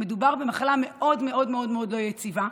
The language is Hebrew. מדובר במחלה מאוד מאוד מאוד מאוד לא יציבה.